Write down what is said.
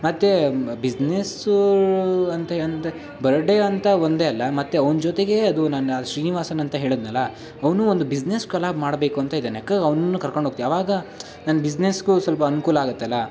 ಮತ್ತು ಬಿಸ್ನೆಸ್ಸೂ ಅಂತ ಅಂತ ಬರ್ಡೇ ಅಂತ ಒಂದೇ ಅಲ್ಲ ಮತ್ತೆ ಅವ್ನ ಜೊತೆಗೆ ಅದು ನನ್ನ ಶ್ರೀನಿವಾಸನ್ ಅಂತ ಹೇಳಿದ್ನಲ್ಲ ಅವ್ನು ಒಂದು ಬಿಸ್ನೆಸ್ ಕೊಲಾಬ್ ಮಾಡಬೇಕು ಅಂತ ಇದ್ದಾನೆ ಅದ್ಕಾಗಿ ಅವ್ನನ್ನೂ ಕರ್ಕೊಂಡು ಹೋಗ್ತಿ ಅವಾಗ ನನ್ನ ಬಿಸ್ನೆಸ್ಗೂ ಸ್ವಲ್ಪ ಅನುಕೂಲ ಆಗತ್ತಲ್ವಾ